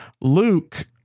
Luke